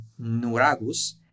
nuragus